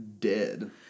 Dead